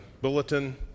bulletin